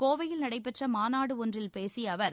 கோவையில் நடைபெற்ற மாநாடு ஒன்றில் பேசிய அவர்